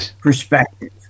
perspective